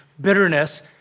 bitterness